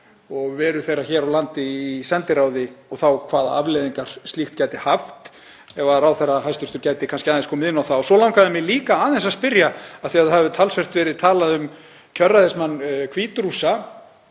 og veru þeirra hér á landi í sendiráði og þá hvaða afleiðingar slíkt gæti haft. Ef hæstv. ráðherra gæti kannski aðeins komið inn á það. Svo langaði mig líka aðeins að spyrja, af því að talsvert hefur verið talað um kjörræðismann Hvít-Rússa,